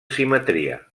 simetria